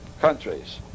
countries